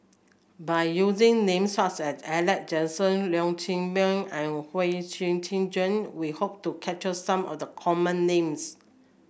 by using names such as Alex Josey Leong Chee Mun and Huang Shiqi Joan we hope to capture some of the common names